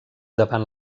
davant